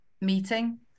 meeting